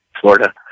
Florida